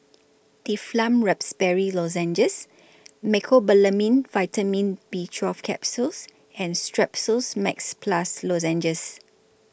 Difflam Raspberry Lozenges Mecobalamin Vitamin B twelve Capsules and Strepsils Max Plus Lozenges